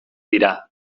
dira